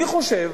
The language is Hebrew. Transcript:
אני חושב